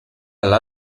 alla